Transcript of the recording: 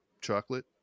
chocolate